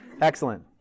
Excellent